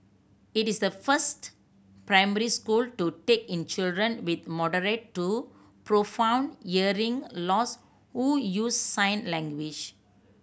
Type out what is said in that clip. it is the first primary school to take in children with moderate to profound hearing loss who use sign language